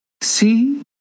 See